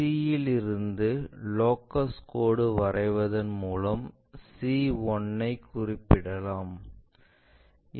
c இல் இருந்து locus கோடு வரைவதன் மூலம் c1 ஐ குறிப்பிடலாம்